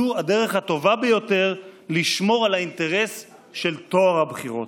זו הדרך הטובה ביותר לשמור על האינטרס של טוהר הבחירות.